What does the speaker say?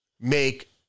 make